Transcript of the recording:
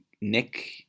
Nick